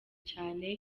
cyane